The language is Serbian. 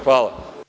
Hvala.